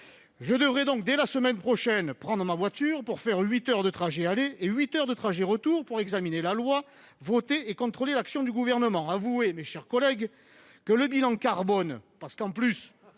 Je devrai donc, dès la semaine prochaine, prendre ma voiture pour faire huit heures de trajet aller et huit heures de trajet retour pour examiner la loi, voter et contrôler l'action du Gouvernement. Avouez, mes chers collègues, que le bilan carbone, sachant qu'en plus